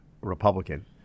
Republican